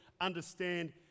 understand